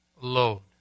load